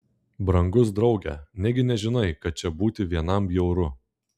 brangus drauge negi nežinai kad čia būti vienam bjauru